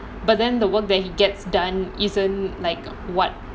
but then the work that he gets done isn't like [what]